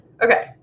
Okay